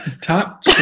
top